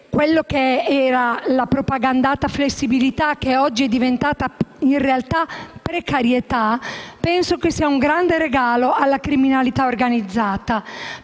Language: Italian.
Penso che la propagandata flessibilità, che oggi è diventata in realtà precarietà, sia un grande regalo alla criminalità organizzata